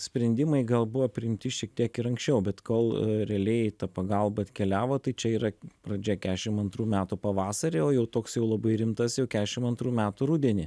sprendimai gal buvo priimti šiek tiek ir anksčiau bet kol realiai ta pagalba atkeliavo tai čia yra pradžia kešim antrų metų pavasarį o jau toks jau labai rimtas jau kešim antrų metų rudenį